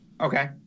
Okay